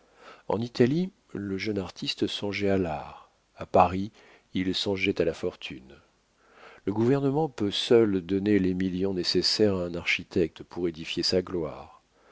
en italie le jeune artiste songeait à l'art à paris il songeait à la fortune le gouvernement peut seul donner les millions nécessaires à un architecte pour édifier sa gloire